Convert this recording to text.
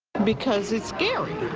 because it's scare,